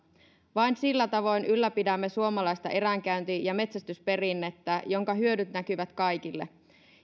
vain sillä tavoin ylläpidämme suomalaista eränkäynti ja metsästysperinnettä jonka hyödyt näkyvät kaikille